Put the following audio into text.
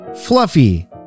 fluffy